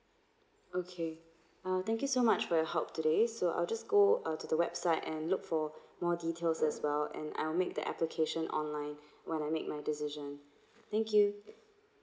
okay uh thank you so much for your help today so I'll just go uh to the website and look for more details as well and I'll make the application online when I make my decision thank you